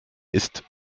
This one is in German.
ist